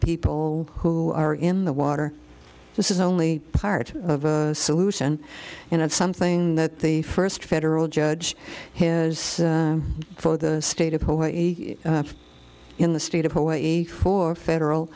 people who are in the water this is only part of a solution and it's something that the first federal judge has for the state of hawaii in the state of hawaii for